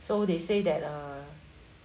so they say that uh